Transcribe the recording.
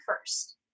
first